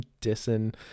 dissing